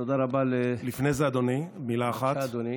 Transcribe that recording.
תודה רבה, לפני זה אדוני, מילה אחת: